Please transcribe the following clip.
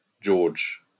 George